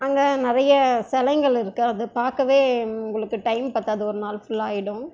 அங்கே நிறைய சிலைங்கள் இருக்குது அது பார்க்கவே உங்களுக்கு டைம் பற்றாது ஒரு நாள் ஃபுல்லாக ஆகிடும்